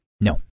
No